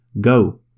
Go